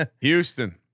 Houston